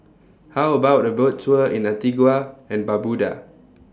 How about A Boat Tour in Antigua and Barbuda